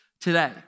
today